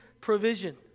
provision